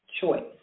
choice